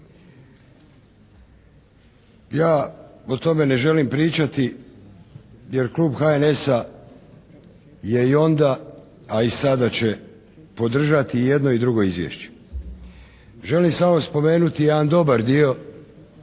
Ja o tome ne želim pričati jer klub HNS-a je i onda a i sada će podržati jedno i drugo izvješće. Želim samo spomenuti jedan dobar dio,